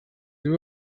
duo